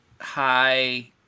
High